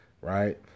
right